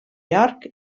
york